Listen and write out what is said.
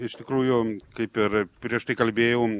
iš tikrųjų kaip ir prieš tai kalbėjau